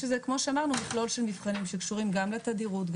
שכמו שאמרנו זה מכלול של מבחנים שקשורים לתדירות,